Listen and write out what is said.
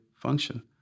function